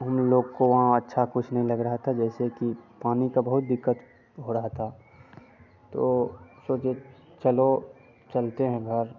हम लोग को वहाँ अच्छा कुछ नहीं लग रहा था जैसेकि पानी की बहुत दिक़्क़त हो रही थी तो सोचे चलो चलते हैं घर